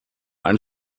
einen